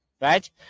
Right